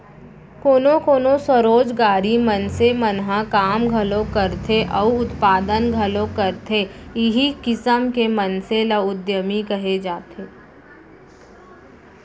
कोनो कोनो स्वरोजगारी मनसे मन ह काम घलोक करथे अउ उत्पादन घलोक करथे इहीं किसम के मनसे ल उद्यमी कहे जाथे